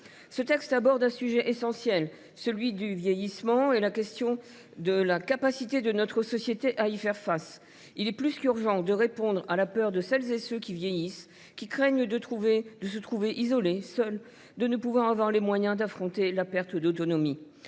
Ce texte aborde le sujet essentiel du vieillissement et nous questionne sur la capacité de notre société à y faire face. Il est plus qu’urgent de répondre à la peur de celles et de ceux qui vieillissent, qui craignent de se trouver isolés et de ne pas avoir les moyens d’affronter la perte d’autonomie.